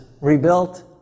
rebuilt